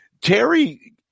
Terry